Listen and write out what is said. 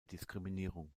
diskriminierung